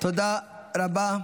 תודה רבה.